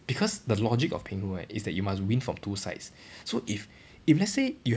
because the logic of pinghu right is that you must win from two sides so if if let's say you have